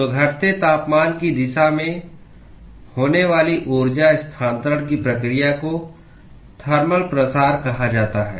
तो घटते तापमान की दिशा में होने वाली ऊर्जा स्थानांतरण की प्रक्रिया को थर्मल प्रसार कहा जाता है